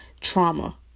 Trauma